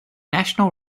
national